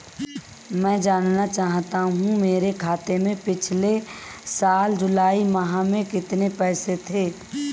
मैं जानना चाहूंगा कि मेरे खाते में पिछले साल जुलाई माह में कितने पैसे थे?